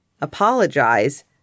apologize